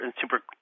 super